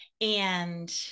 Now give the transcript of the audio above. and-